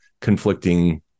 conflicting